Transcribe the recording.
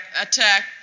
attack